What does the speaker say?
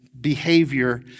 behavior